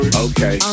okay